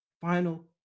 final